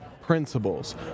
principles